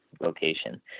location